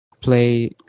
play